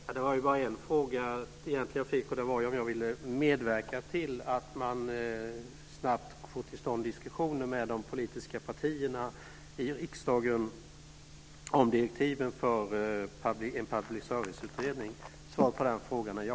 Herr talman! Det var egentligen bara en fråga jag fick, och det var om jag ville medverka till att man snabbt får till stånd diskussioner med de politiska partierna i riksdagen om direktiven för en public service-utredning. Svaret på den frågan är ja.